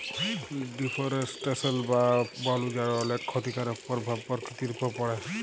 deforestation বা বল উজাড় অলেক খ্যতিকারক পরভাব পরকিতির উপর পড়ে